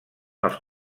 els